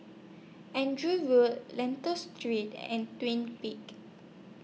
Andrew Road Lentor Street and Twin Peaks